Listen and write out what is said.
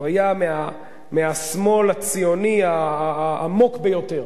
הוא היה מהשמאל הציוני העמוק ביותר.